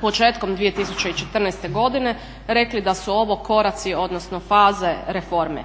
početkom 2014. godine rekli da su ovo koraci, odnosno faze reforme.